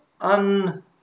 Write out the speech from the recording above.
un